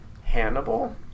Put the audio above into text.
Hannibal